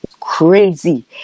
Crazy